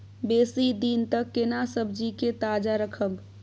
बेसी दिन तक केना सब्जी के ताजा रखब?